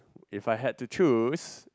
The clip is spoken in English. if I have to choose